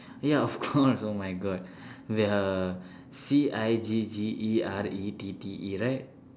ya of course oh my god we are C I G G E R E T T E right